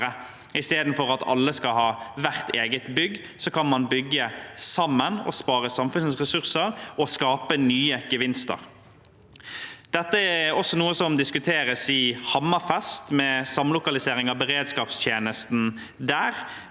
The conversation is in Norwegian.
I stedet for at alle skal ha hvert sitt bygg, kan man bygge sammen, spare samfunnets ressurser og skape nye gevinster. Dette er også noe som diskuteres i Hammerfest, med samlokalisering av beredskapstjenesten der.